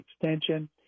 extension